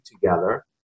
together